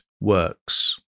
works